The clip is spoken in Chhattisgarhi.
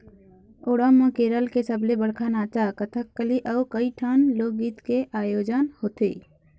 ओणम म केरल के सबले बड़का नाचा कथकली अउ कइठन लोकगीत के आयोजन होथे